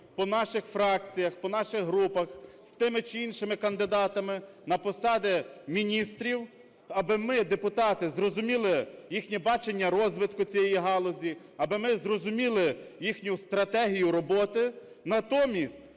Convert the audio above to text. по наших фракціях, по наших групах з тими чи іншими кандидатами на посади міністрів, аби ми, депутати, зрозуміли їхнє бачення розвитку цієї галузі, аби ми зрозуміли їхню стратегію роботи, натомість